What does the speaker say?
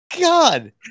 God